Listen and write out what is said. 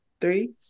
three